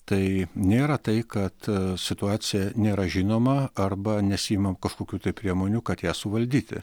tai nėra tai kad situacija nėra žinoma arba nesiimam kažkokių tai priemonių kad ją suvaldyti